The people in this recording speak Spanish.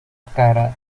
cara